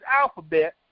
Alphabet